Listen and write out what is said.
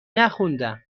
نخوندم